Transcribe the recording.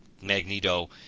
Magneto